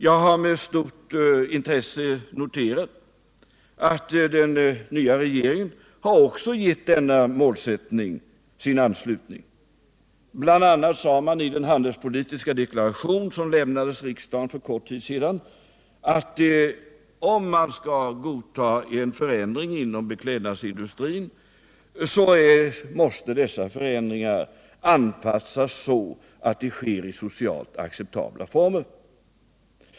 Jag har med stort intresse noterat att den nya regeringen också har gett denna målsättning sin anslutning. Bl. a. sade regeringen i sin handelspolitiska deklaration som lämnades i riksdagen för kort tid sedan att om man skall kunna godta en förändring inom beklädnadsindustrin så måste denna förändring ske i socialt acceptabla former.